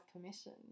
permission